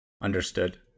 Understood